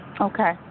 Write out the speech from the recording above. Okay